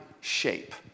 shape